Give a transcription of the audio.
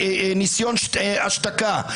ניסיון השתקה.